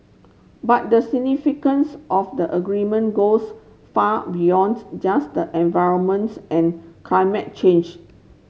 but the significance of the agreement goes far beyond just environment's and climate change